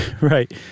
Right